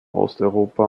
osteuropa